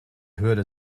hürde